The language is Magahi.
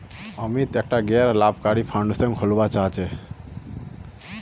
अमित एकटा गैर लाभकारी फाउंडेशन खोलवा चाह छ